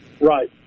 Right